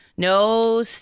No